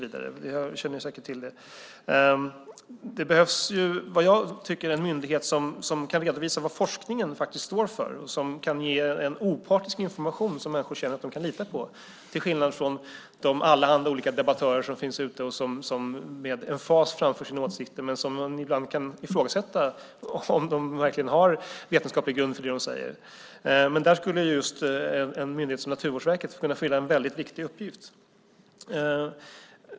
Jag tycker att det behövs en myndighet som kan redovisa vad forskningen står för och som kan ge opartisk information som människor känner att de kan lita på till skillnad från alla de debattörer som framför sina åsikter med emfas men där man ibland kan ifrågasätta om de verkligen har vetenskaplig grund för det de säger. Där skulle en myndighet som Naturvårdsverket kunna fylla en väldigt viktig uppgift.